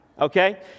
Okay